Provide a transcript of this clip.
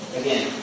again